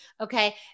okay